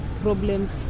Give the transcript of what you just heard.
problems